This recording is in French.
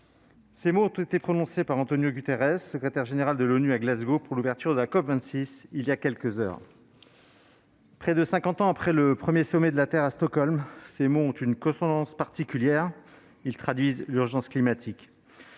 Ces mots ont été prononcés par António Guterres, secrétaire général de l'ONU, à Glasgow, pour l'ouverture de la COP26, il y a quelques heures. Près de cinquante ans après le premier Sommet de la Terre, à Stockholm, ces mots ont une résonance particulière : ils traduisent l'urgence climatique.